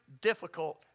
difficult